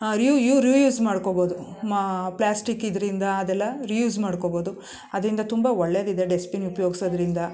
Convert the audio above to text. ರಿಯೂ reuse ಮಾಡ್ಕೊಳ್ಬೋದು ಮಾ plastic ಇದರಿಂದ ಅದೆಲ್ಲ ರಿಯೂಸ್ ಮಾಡ್ಕೊಳ್ಬೋದು ಅದರಿಂದ ತುಂಬ ಒಳ್ಳೇದಿದೆ ಡಸ್ಟ್ಬಿನ್ ಉಪಯೋಗ್ಸೋದ್ರಿಂದ